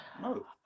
no